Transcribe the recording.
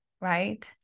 right